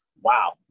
wow